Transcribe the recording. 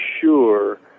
sure